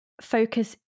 focus